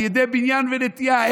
על ידי בניין ונטיעה.